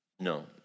No